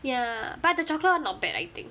ya but the chocolate [one] not bad I think